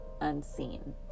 unseen